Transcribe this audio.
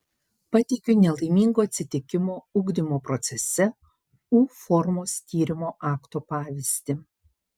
pateikiu nelaimingo atsitikimo ugdymo procese u formos tyrimo akto pavyzdį